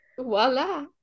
voila